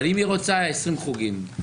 אבל אם היא רוצה 20 חוגים?